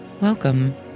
welcome